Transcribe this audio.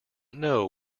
know